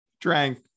drank